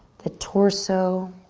the torso.